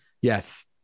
Yes